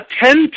attend